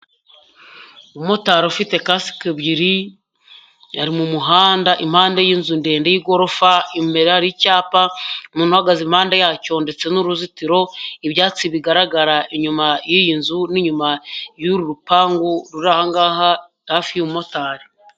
Umumotari ufite kasike ebyiri, yari mu muhanda impande yininzu ndende y'igorofa imbera hari icyapa, umuntu uhagaze impande yacyo ndetse n'uruzitiro, ibyatsi bigaragara inyuma y'iyi nzu, n'inyuma y'uru rupangu ruri aha ngaha hafi y'uyu mumotari.